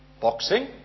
boxing